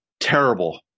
Terrible